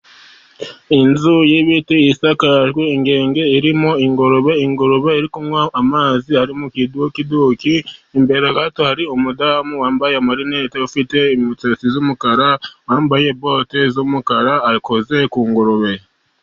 Inzu y'ibiti isakajwe ingenge irimo ingurube. Ingurube iri kunywa amazi ari mu kiduki, imbere hari umudamu wambaye amarinete ufite imisatsi y'umukara, wambaye bote z'umukara, akoze ku ngurube.